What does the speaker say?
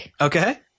Okay